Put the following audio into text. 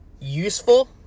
useful